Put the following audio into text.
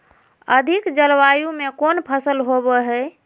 अधिक जलवायु में कौन फसल होबो है?